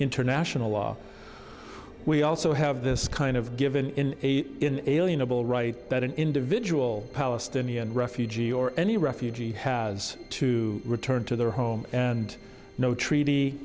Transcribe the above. international law we also have this kind of given inalienable right that an individual palestinian refugee or any refugee has to return to their home and no